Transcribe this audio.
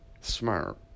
smart